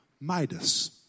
Midas